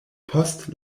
post